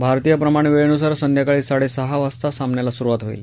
भारतीय प्रमाण वेळेनुसार संध्याकाळी साडेसहा वाजता सामन्याला सुरुवात होईल